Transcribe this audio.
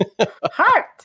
Heart